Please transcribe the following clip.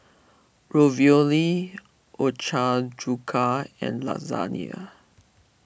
Ravioli Ochazuke and Lasagna